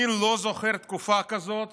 אני לא זוכר תקופה כזאת